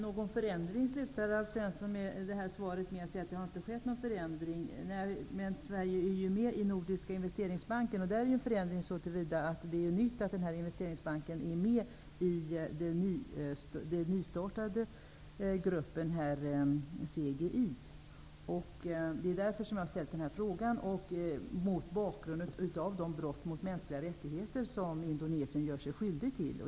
Herr talman! Alf Svenssons svar avslutas med att det inte har skett någon förändring. Men Sverige är ju med i Nordiska investeringsbanken och inom den sker det ju en förändring så till vida att det är nytt att den investeringsbanken är med i den nystartade gruppen, CGI. Det var därför som jag ställde den här frågan. Jag ställde den också mot bakgrund av de brott mot mänskliga rättigheter som man i Indonesien gör sig skyldig till.